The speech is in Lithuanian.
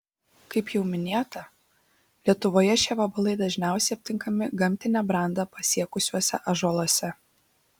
kaip jau minėta lietuvoje šie vabalai dažniausiai aptinkami gamtinę brandą pasiekusiuose ąžuoluose